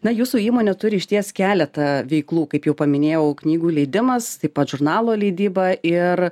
na jūsų įmonė turi išties keletą veiklų kaip jau paminėjau knygų leidimas taip pat žurnalo leidyba ir